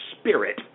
spirit